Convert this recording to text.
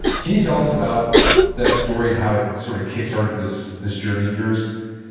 can you tell us about that story and how it sort of kick-started this this journey of yours?